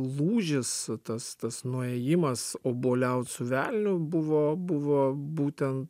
lūžis tas tas nuėjimas obuoliaut su velniu buvo buvo būtent